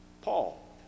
Paul